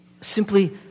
Simply